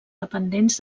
dependents